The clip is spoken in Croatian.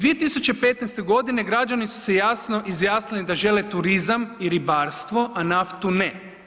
2015. godine građani su se jasno izjasnili da žele turizam i ribarstvo, a naftu ne.